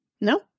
No